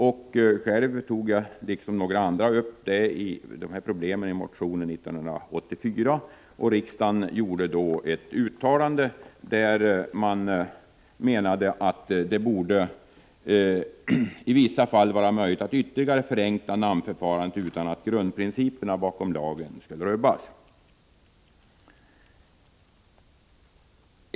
I motioner till riksdagen 1984 tog jag och några andra upp dessa problem. Riksdagen gjorde ett uttalande om att det i vissa fall borde vara möjligt att ytterligare förenkla namnförfarandet utan att grundprinciperna bakom lagen rubbas.